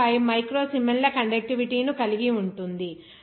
5 micro సిమెన్ల conductivity ను కలిగి ఉంటుంది